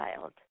child